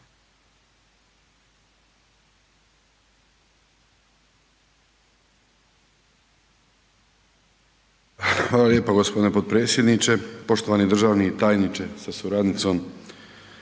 Hvala lijepo g. potpredsjedniče, poštovani državni tajniče sa suradnicom.